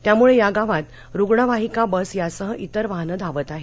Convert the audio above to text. त्यामुळे या गावात रुग्णवाहिका बस यासह इतर वाहन धावत आहेत